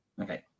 Okay